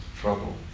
trouble